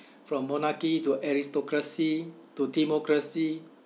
from monarchy to aristocracy to democracy